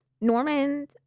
Norman